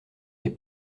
les